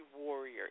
warrior